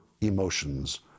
emotions